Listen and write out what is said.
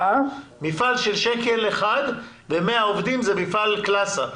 מפעל של שקל אחד ומאה עובדים זה מפעל קלאסה,